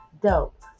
dope